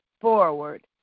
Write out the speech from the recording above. forward